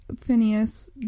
Phineas